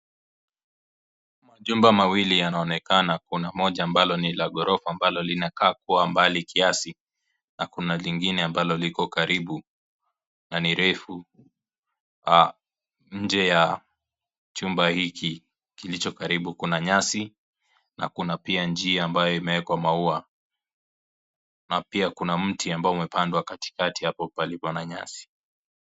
Majumba mawili yanonekana, kuna moja mbalo ni La gorofa ambalo linakaa kuwa mbali kiasi, na kuna lingine mbalo liko karibu na nirefu, ha nje ya chumba hiki kilicho karibu kuna nyasi na kuna pia njia ambayo imewekwa mauwa, na pia kuna mti ambao umepandwa katikati hapo pahali pana nyasi.